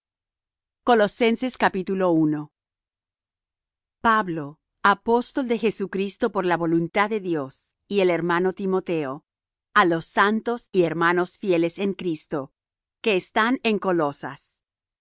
pablo apóstol de jesucristo por la voluntad de dios y el hermano timoteo a los santos y hermanos fieles en cristo que están en colosas